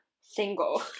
single